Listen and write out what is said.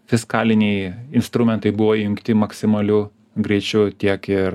fiskaliniai instrumentai buvo įjungti maksimaliu greičiu tiek ir